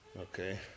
okay